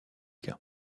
cas